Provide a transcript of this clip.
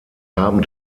haben